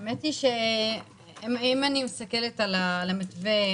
אם אני מסתכלת על המתווה,